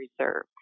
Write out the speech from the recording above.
reserve